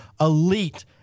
elite